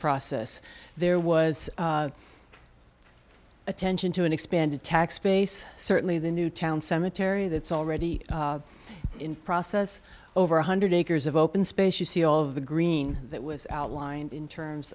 process there was attention to an expanded taxpayer certainly the newtown cemetery that's already in process over one hundred acres of open space you see all of the green that was outlined in terms